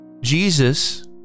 Jesus